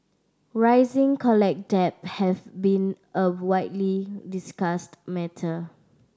rising college debt has been a widely discussed matter